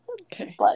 Okay